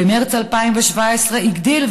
במרס 2017 הגדיל,